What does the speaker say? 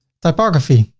typography,